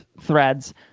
threads